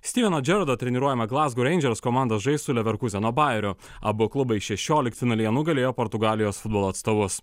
styveno džerdo treniruojama glazgo rangers komandos žais su lėverkuzeno bajeriu abu klubai šešioliktfinalyje nugalėjo portugalijos futbolo atstovus